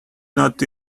not